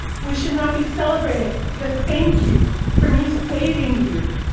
we should not be celebrating the thank you for me saving you.